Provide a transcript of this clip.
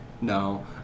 No